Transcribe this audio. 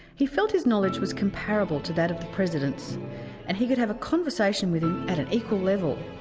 he felt his knowledge was comparable to that of the president's and he could have a conversation with him at an equal level.